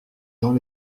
dans